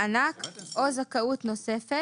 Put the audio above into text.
מענק או זכאות נוספת".